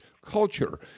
culture